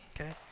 Okay